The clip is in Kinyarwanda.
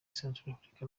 centrafrique